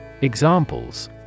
Examples